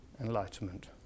Enlightenment